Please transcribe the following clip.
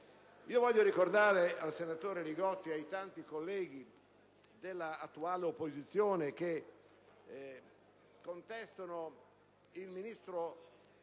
Voglio ricordare al senatore Li Gotti e ai tanti colleghi dell'attuale opposizione che contestano il ministro